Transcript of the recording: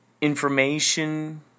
information